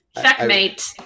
checkmate